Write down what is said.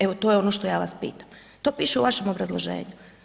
Evo to je ono što ja vas pitam, to piše u vašem obrazloženju.